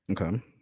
Okay